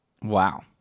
Wow